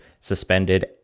suspended